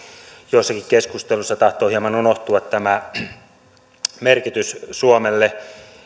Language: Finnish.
joissakin keskusteluissa tahtoo hieman unohtua tämän merkitys suomelle